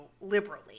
liberally